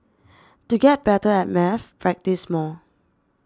to get better at maths practise more